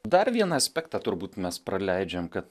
dar vieną aspektą turbūt mes praleidžiam kad